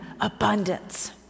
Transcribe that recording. abundance